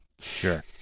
Sure